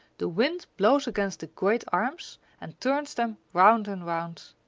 the wind blows against the great arms and turns them round and round.